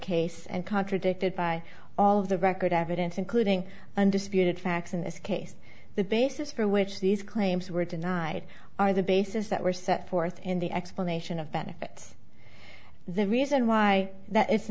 case and contradicted by all of the record evidence including undisputed facts in this case the basis for which these claims were denied are the bases that were set forth in the explanation of benefits the reason why that it's